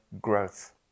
growth